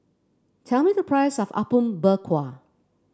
tell me the price of Apom Berkuah